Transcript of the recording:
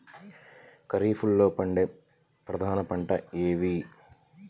ఖరీఫ్లో పండే ప్రధాన పంటలు ఏవి?